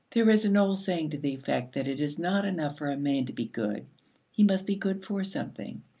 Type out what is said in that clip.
there is an old saying to the effect that it is not enough for a man to be good he must be good for something.